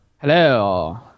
Hello